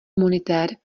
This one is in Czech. monitér